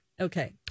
Okay